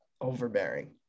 overbearing